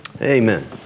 Amen